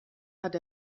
hat